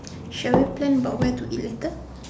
shall we plan about where to eat later